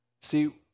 See